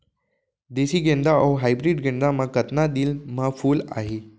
देसी गेंदा अऊ हाइब्रिड गेंदा म कतका दिन म फूल आही?